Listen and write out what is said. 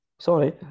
Sorry